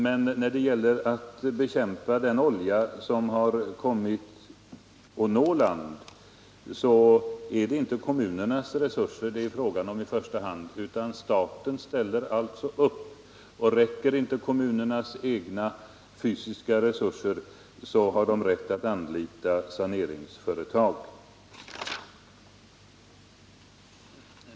Men när det gäller att bekämpa olja som har kommit att nå land är det inte kommunernas resurser det är fråga om i första hand, utan där ställer staten upp. Räcker inte kommunernas egna fysiska resurser har de rätt att anlita saneringsföretag.